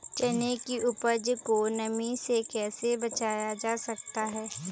चने की उपज को नमी से कैसे बचाया जा सकता है?